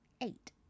eight